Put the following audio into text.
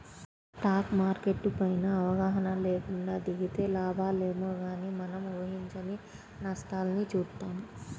stock market పైన అవగాహన లేకుండా దిగితే లాభాలేమో గానీ మనం ఊహించని నష్టాల్ని చూత్తాం